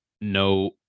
no